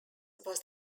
was